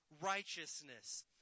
righteousness